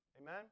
Amen